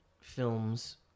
films